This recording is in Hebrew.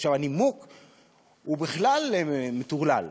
הנימוק הוא בכלל מטורלל,